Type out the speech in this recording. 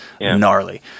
Gnarly